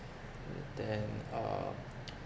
and then uh